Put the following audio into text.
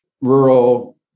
rural